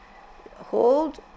hold